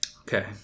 Okay